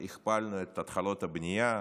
הכפלנו את התחלות הבנייה,